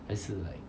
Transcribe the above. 还是 like